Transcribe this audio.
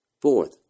Fourth